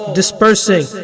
dispersing